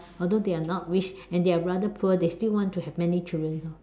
although they are not rich and they are rather poor they still want to have many children orh